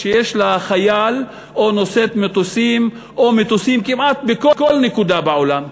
שיש לה חייל או נושאת מטוסים או מטוסים כמעט בכל נקודה בעולם,